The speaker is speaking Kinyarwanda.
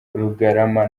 karugarama